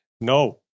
No